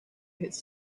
his